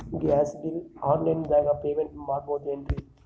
Gas bill online ದಾಗ payment ಮಾಡಬೋದೇನ್ರಿ?